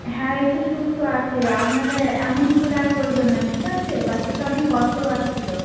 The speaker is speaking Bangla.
হ্যাঁ একটু সুস্থ আছে আপনারা এমন ভুল আর করবেন না ঠিক আছে বাচ্চাটা অনেক কষ্ট পাচ্ছিল